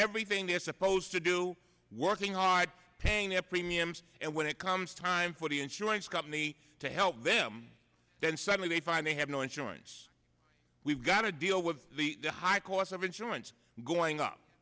everything they're supposed to do working hard paying their premiums and when it comes time for the insurance company to help them then suddenly they find they have no insurance we've got to deal with the high cost of insurance going up